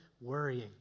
worrying